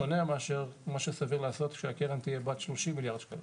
שונה מאשר מה שסביר לעשות כשהקרן תהיה בת 30 מיליארד שקלים.